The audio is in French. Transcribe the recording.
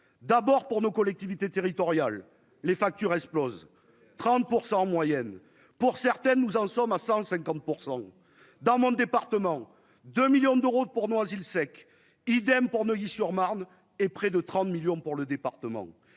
d'abord pour nos collectivités territoriales, les factures explosent 30 % en moyenne, pour certaines, nous en sommes à 150 % dans mon département de millions d'euros pour Noisy-le-Sec, idem pour Neuilly sur Marne et près de 30 millions pour le département